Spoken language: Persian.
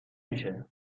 میشه